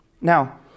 Now